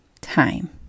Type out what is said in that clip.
time